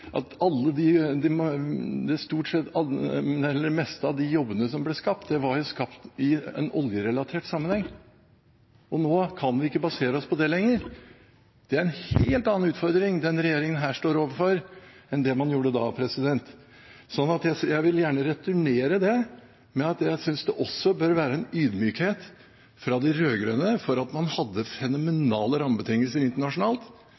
at det meste av de jobbene som ble skapt, var i en oljerelatert sammenheng. Nå kan vi ikke basere oss på det lenger. Det er en helt annen utfordring denne regjeringen her står overfor, enn det man gjorde da. Så jeg vil gjerne returnere det med å si at jeg synes det også bør være en ydmykhet fra de rød-grønne for at man hadde fenomenale rammebetingelser internasjonalt,